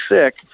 sick